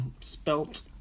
spelt